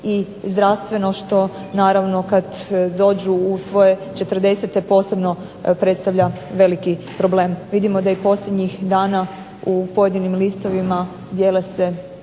i zdravstveno što naravno kad dođu u svoje 40-te posebno predstavlja veliki problem. Vidimo da i posljednjih dana u pojedinim listovima dijele se